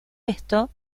esto